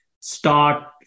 start